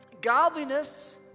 godliness